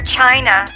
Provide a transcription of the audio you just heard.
china